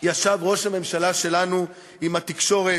ישב ראש הממשלה שלנו עם התקשורת,